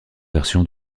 version